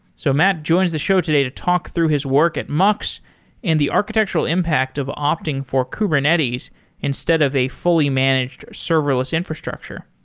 so matt joins the show today to talk through his work at mux and the architectural impact of opting for kubernetes instead of a fully managed serverless infrastructure.